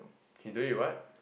he do it what